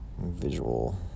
visual